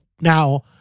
Now